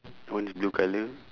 one is blue colour